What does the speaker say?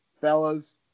fellas